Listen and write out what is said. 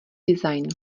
design